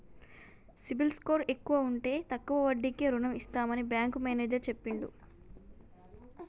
CIBIL score ఎక్కువ ఉంటే తక్కువ వడ్డీకే రుణం ఇస్తామని బ్యాంకు మేనేజర్ చెప్పిండు